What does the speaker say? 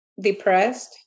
depressed